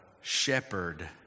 shepherd